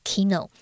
Kino